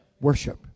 worship